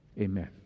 Amen